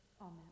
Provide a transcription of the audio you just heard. Amen